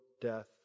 death